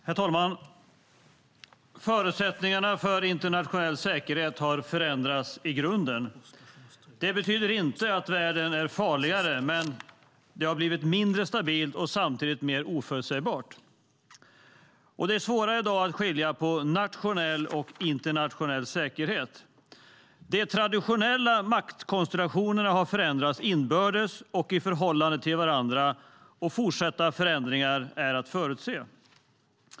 Herr talman! Förutsättningarna för internationell säkerhet har förändrats i grunden. Det betyder inte att världen är farligare, men den har blivit mindre stabil och samtidigt mer oförutsägbar. Det är svårare i dag att skilja på nationell och internationell säkerhet. De traditionella maktkonstellationerna har förändrats inbördes och i förhållande till varandra, och fortsatta förändringar är att förutse.